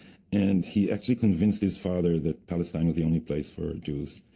and he actually convinced his father that palestine was the only place for jews,